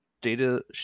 Data